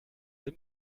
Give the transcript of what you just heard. sim